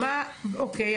אוקיי.